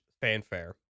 fanfare